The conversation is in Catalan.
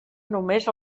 només